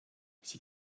sie